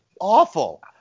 awful